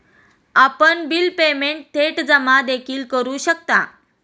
आपण bill payment थेट जमा देखील करू शकता